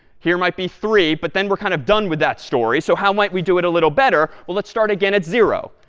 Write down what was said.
here might be three. but then we're kind of done with that story. so how might we do it a little better? well, let's start again at zero.